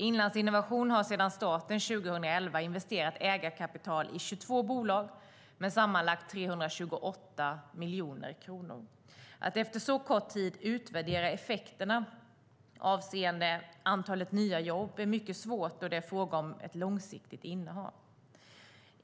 Inlandsinnovation har sedan starten 2011 investerat ägarkapital i 22 bolag med sammanlagt 328 miljoner kronor. Att efter så kort tid utvärdera effekterna avseende antalet nya jobb är mycket svårt då det är fråga om ett långsiktigt innehav.